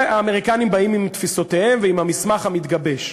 האמריקנים באים עם תפיסותיהם ועם המסמך המתגבש.